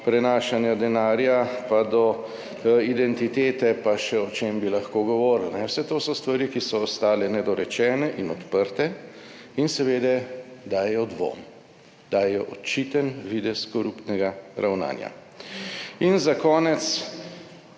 prenašanja denarja, pa do identitete, pa še o čem bi lahko govorili. Vse to so stvari, ki so ostale nedorečene in odprte in seveda dajejo dvom, dajejo očiten videz koruptnega ravnanja. In za konec.